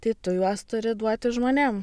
tai tu juos turi duoti žmonėm